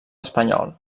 espanyol